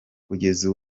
kugeza